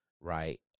right